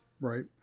right